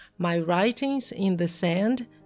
mywritingsinthesand